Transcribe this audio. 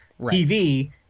TV